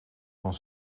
van